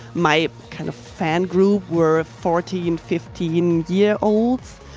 my kind of fan group were a fourteen, fifteen year olds.